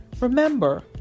Remember